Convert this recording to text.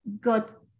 got